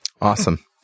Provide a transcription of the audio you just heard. Awesome